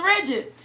rigid